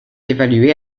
évalué